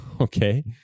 Okay